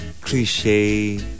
cliche